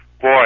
Boy